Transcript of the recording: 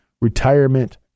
retirement